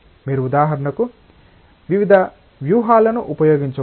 మీరు ఉదాహరణకు వివిధ వ్యూహాలను ఉపయోగించవచ్చు